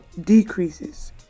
Decreases